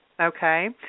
okay